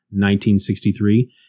1963